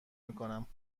میکنم